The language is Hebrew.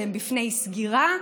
והם בפני סגירה.